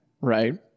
Right